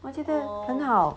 现在很好